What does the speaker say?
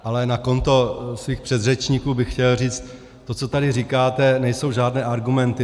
Ale na konto svých předřečníků bych chtěl říct: To, co tady říkáte, nejsou žádné argumenty.